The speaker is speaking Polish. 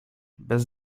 bez